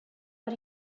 but